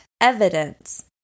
evidence